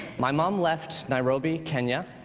my mom left nairobi, kenya.